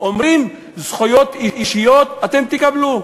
אומרים: זכויות אישיות אתם תקבלו.